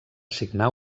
signar